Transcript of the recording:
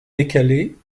décalée